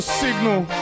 signal